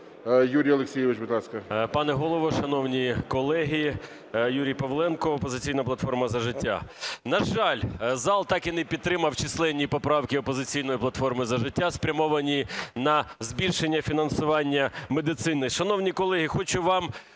Юрій Олексійович, будь ласка.